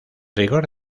rigor